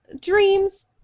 dreams